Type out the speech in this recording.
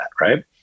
right